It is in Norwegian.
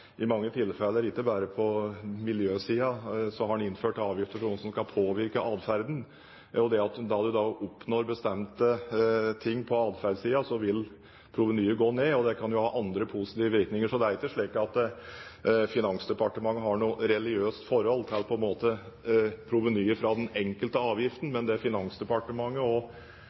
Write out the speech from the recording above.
i mange tilfeller, ikke bare på miljøsiden, har en innført avgifter for noe, som skal påvirke atferden. Når man da oppnår bestemte ting på atferdssiden, vil provenyet gå ned, og det kan ha andre positive virkninger. Så det er ikke slik at Finansdepartementet har noe religiøst forhold til provenyer fra den enkelte avgiften, men det Finansdepartementet og de fleste av oss kanskje er